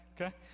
Okay